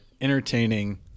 entertaining